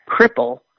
cripple